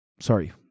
Sorry